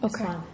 Okay